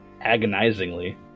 Agonizingly